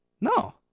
No